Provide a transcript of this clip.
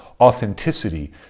authenticity